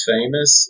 famous